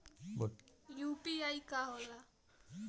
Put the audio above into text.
UPI का होला?